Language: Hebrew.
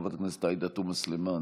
חברת הכנסת עאידה תומא סלימאן,